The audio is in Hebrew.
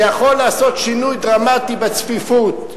שיכול לעשות שינוי דרמטי בצפיפות,